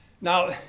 Now